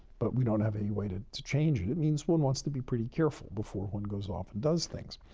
but we don't have any way to to change it. it means one wants to be pretty careful before one goes off and does things.